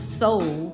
soul